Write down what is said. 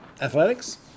athletics